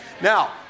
now